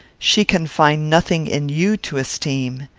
she can find nothing in you to esteem!